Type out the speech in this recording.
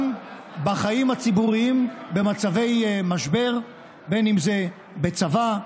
גם בחיים הציבוריים, במצבי משבר, אם בצבא,